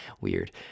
Weird